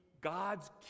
God's